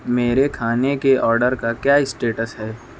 میرے کھانے کے آڈر کا کیا اسٹیٹس ہے